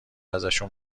ازشون